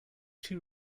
too